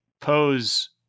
pose